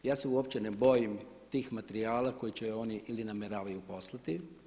Ja se uopće ne bojim tih materijala koje će oni ili namjeravaju poslati.